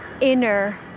inner